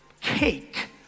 cake